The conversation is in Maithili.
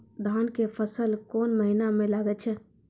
धान के फसल कोन महिना म लागे छै?